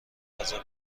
غذا